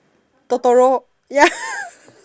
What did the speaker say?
Totoro ya